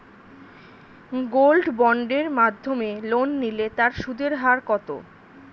Gold বন্ডের মাধ্যমে loan নিলে তার সুদের হার কত?